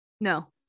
No